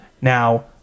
Now